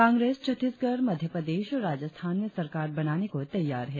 कांग्रेस छत्तीसगढ़ मध्यप्रदेश और राजस्थान में सरकार बनाने को तैयार है